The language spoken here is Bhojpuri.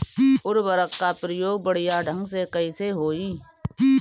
उर्वरक क प्रयोग बढ़िया ढंग से कईसे होई?